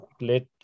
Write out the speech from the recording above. let